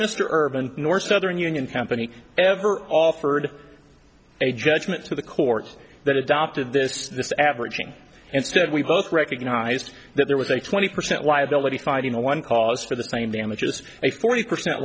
mr urban nor southern union company ever offered a judgment to the court that adopted this this averaging instead we both recognized that there was a twenty percent liability fighting a one cause for the same damages a forty percent